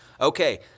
Okay